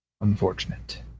unfortunate